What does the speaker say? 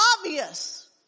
obvious